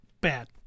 bad